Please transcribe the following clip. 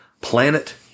planet